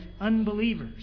unbelievers